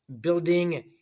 building